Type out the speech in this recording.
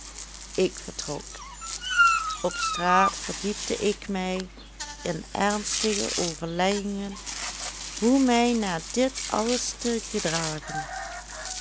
ik vertrok op straat verdiepte ik mij in ernstige overleggingen hoe mij na dit alles te gedragen